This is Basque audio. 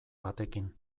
batekin